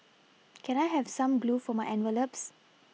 can I have some glue for my envelopes